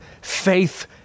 faith